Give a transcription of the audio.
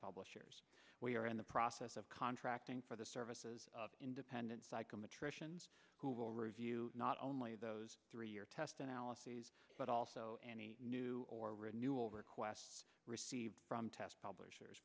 publishers we are in the process of contracting for the services of independent psychometricians who will review not only those three year test analyses but also any new or renewal requests received from test publishers